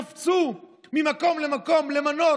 קפצו ממקום למקום למנות,